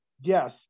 yes